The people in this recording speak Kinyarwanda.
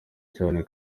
cyane